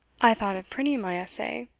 i thought of printing my essay,